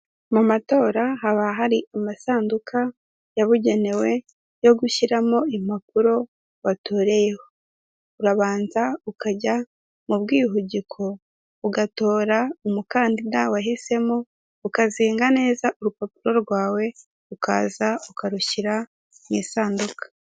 Mu matora haba hari amasanduku yabugenewe yo gushyiramo impapuro watoreyeho, urabanza ukajya mu bwihugiko ugatora umukandida wahisemo ukazinga neza urupapuro rwawe ukaza ukarushyira mu isanduku.